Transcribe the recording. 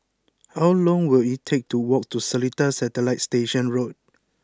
how long will it take to walk to Seletar Satellite Station Road